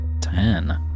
Ten